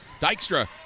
Dykstra